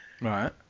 Right